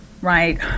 right